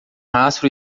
rastro